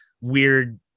weird